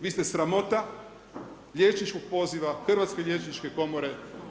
Vi ste sramota liječničkog poziva, Hrvatske liječničke komore.